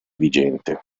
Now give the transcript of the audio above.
vigente